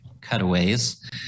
cutaways